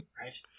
Right